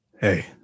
Hey